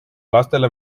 lastele